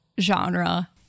genre